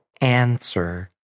answer